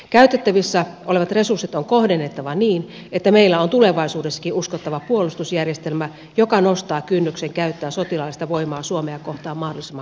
käytettävissä olevat resurssit on kohdennettava niin että meillä on tulevaisuudessakin uskottava puolustusjärjestelmä joka nostaa kynnyksen käyttää sotilaallista voimaa suomea kohtaan mahdollisimman korkealle